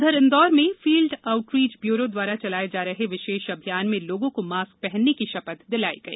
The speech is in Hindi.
उधर इंदौर में फील्ड आउट रीच ब्यूरो द्वारा चलाए जा रहे विशेष अभियान में लोगों को मास्क पहनने की शपथ दिलाई गई